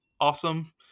awesome